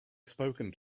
spoken